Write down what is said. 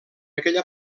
aquella